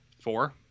four